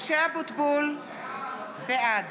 משה אבוטבול, בעד